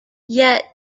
yet